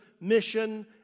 mission